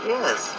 Yes